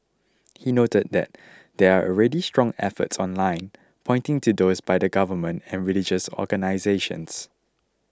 he noted that there are already strong efforts online pointing to those by the Government and religious organisations